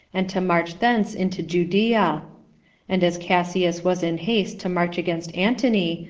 and to march thence into judea and as cassius was in haste to march against antony,